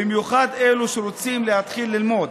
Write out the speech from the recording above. במיוחד על אלה שרוצים להתחיל ללמוד.